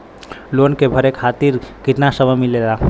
Loan के भरे खातिर कितना समय मिलेला?